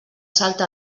salta